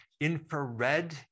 infrared